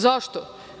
Zašto?